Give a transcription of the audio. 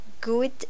Good